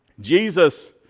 Jesus